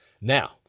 Now